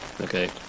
Okay